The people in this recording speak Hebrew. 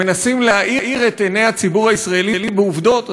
מנסים להאיר את עיני הציבור הישראלי בעובדות,